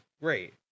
great